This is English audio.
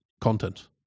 content